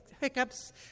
hiccups